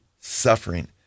suffering